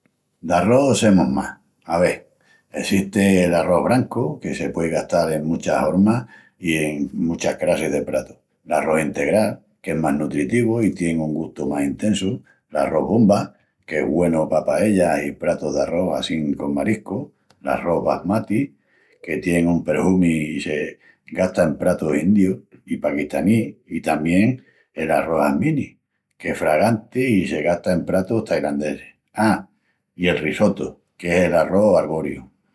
D'arrós semus más. Ave, essesti'l arrós brancu, que se puei gastal en muchas hormas i en muchas crassis de pratus, l'arrós integral, qu'es más nutritivu i tien un gustu más intesu; l'arrós bomba, qu'es güenu pa paellas i pratus d'arrós assín con mariscus; l'arrós basmati, que tien un perhumi i se gasta en pratus indius i paquistanís; i tamién el arrós jasmini, qu'es fraganti i se gasta en pratus tailandesis. A, i el risottu, qu'es el arrós arboriu.